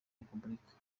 repubulika